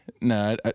No